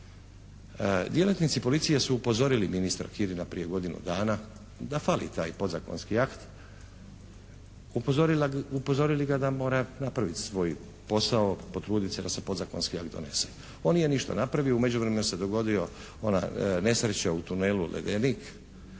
Djelatnici policije su upozorili ministra Kirina prije godinu dana da fali taj podzakonski akt, upozorili ga da mora napraviti svoj posao, potrudit se da se podzakonski akt donese. On nije ništa napravio. U međuvremenu se dogodila ona nesreća u tunelu "Ledenik",